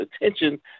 attention